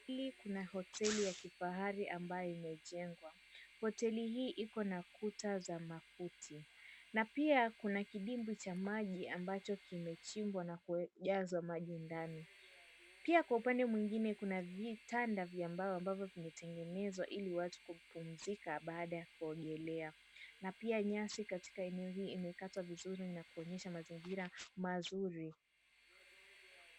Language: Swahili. Sehemu hili kuna hoteli ya kifahari ambayo imejengwa. Hoteli hii iko na kuta za makuti na pia kuna kidimbwi cha maji ambacho kimechimbwa na kujazwa maji ndani. Pia kwa upande mwingine kuna vitanda vya mbao ambavyo vimetengenezwa ili watu kupumzika baada ya kuogelea na pia nyasi katika eneo hii imekatwa na kuonyesah mazingira mazuri.